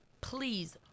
Please